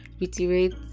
reiterate